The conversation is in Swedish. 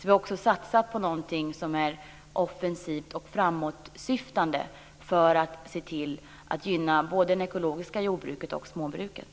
Vi har alltså satsat på någonting som är offensivt och framåtsyftande, för att se till att gynna både det ekologiska jordbruket och småbruket.